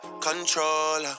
controller